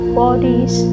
bodies